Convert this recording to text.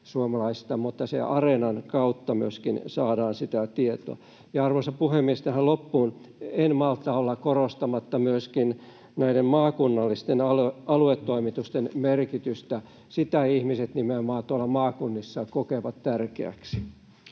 mutta myöskin Areenan kautta saadaan sitä tietoa. Arvoisa puhemies! Tähän loppuun: En malta olla korostamatta näiden maakunnallisten aluetoimitusten merkitystä. Sen ihmiset nimenomaan maakunnissa kokevat tärkeäksi.